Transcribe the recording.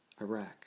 Iraq